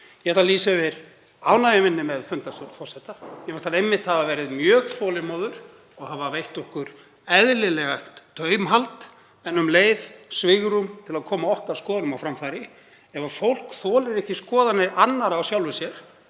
Ég ætla að lýsa yfir ánægju minni með fundarstjórn forseta. Mér fannst hann einmitt hafa verið mjög þolinmóður og hafa veitt okkur eðlilegt taumhald, en um leið svigrúm til að koma okkar skoðunum á framfæri. Ef fólk þolir ekki skoðanir annarra á sjálfu sér,